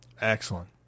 Excellent